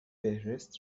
فهرست